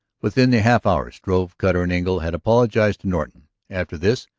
within the half-hour strove, cutter, and engle had apologized to norton after this,